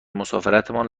مسافرتمان